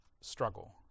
struggle